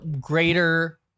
greater